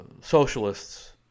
socialists